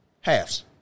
Halves